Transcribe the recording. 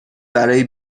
برای